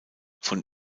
von